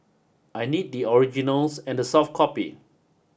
I need the originals and the soft copy